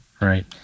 Right